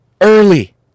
early